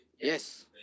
Yes